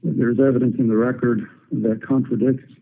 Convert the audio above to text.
there is evidence in the record that contradicts